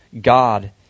God